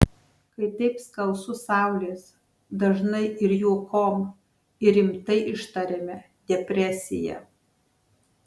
kai taip skalsu saulės dažnai ir juokom ir rimtai ištariame depresija